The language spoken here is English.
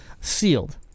sealed